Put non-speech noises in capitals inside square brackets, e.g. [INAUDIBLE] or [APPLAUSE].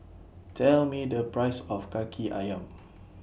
Tell Me The Price of Kaki Ayam [NOISE]